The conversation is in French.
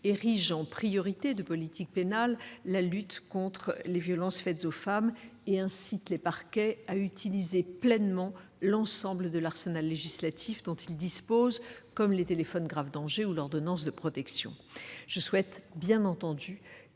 érige en priorité de politique pénale la lutte contre les violences faites aux femmes et incite les parquets à utiliser pleinement l'arsenal législatif dont ils disposent, comme les téléphones grave danger ou l'ordonnance de protection.